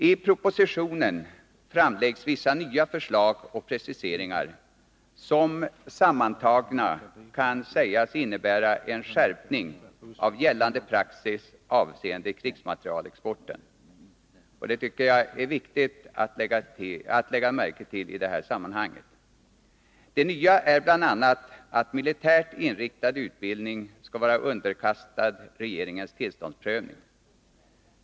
I propositionen framläggs vissa nya förslag och preciseringar, som sammantagna kan sägas innebära en skärpning av gällande praxis avseende krigsmaterielexporten. Det är viktigt att lägga märke till i det här sammanhanget. Det nya är bl.a. att militärt inriktad utbildning skall vara underkastad regeringens tillståndsprövning.